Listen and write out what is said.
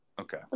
Okay